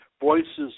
Voices